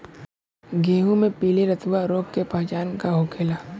गेहूँ में पिले रतुआ रोग के पहचान का होखेला?